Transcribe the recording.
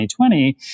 2020